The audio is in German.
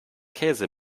käse